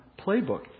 playbook